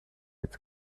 its